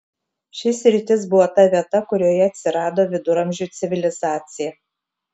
ši sritis buvo ta vieta kurioje atsirado viduramžių civilizacija